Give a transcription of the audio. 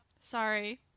sorry